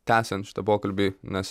tęsiant šitą pokalbį nes